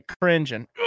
cringing